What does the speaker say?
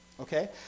okay